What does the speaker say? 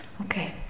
Okay